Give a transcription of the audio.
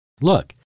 look